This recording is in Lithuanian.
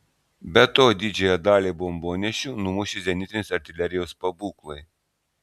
be to didžiąją dalį bombonešių numušė zenitinės artilerijos pabūklai